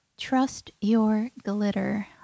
TrustYourGlitter